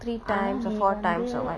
three times or four times or what